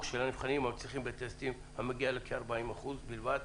של המצליחים בטסטים המגיע לכ-40% בלבד.